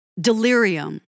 Delirium